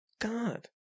god